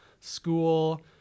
school